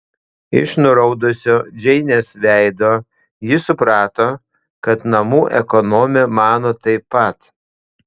iš nuraudusio džeinės veido ji suprato kad namų ekonomė mano taip pat